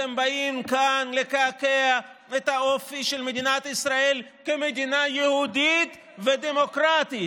אתם באים כאן לקעקע את האופי של מדינת ישראל כמדינה יהודית ודמוקרטית.